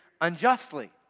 unjustly